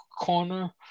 corner